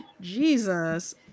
Jesus